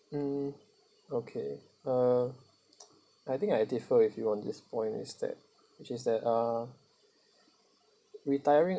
mm okay uh I think I defer with you on this point instead which is that uh retiring